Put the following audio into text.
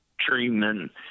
treatment